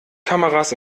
kameras